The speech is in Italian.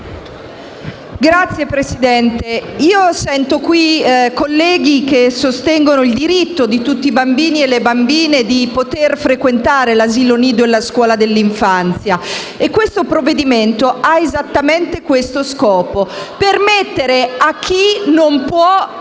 Signor Presidente, io sento qui alcuni colleghi sostenere il diritto di tutti i bambini e di tutte le bambine di poter frequentare l'asilo nido e la scuola dell'infanzia. Questo provvedimento ha esattamente questo scopo: permettere a chi non può